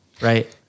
Right